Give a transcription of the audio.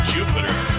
Jupiter